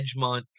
Edgemont